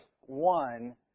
one